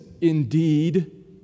indeed